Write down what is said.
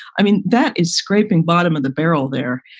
i mean, that is scraping bottom of the barrel there.